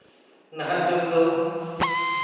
ᱱᱟᱦᱟᱜ ᱡᱩᱜᱽ ᱫᱚ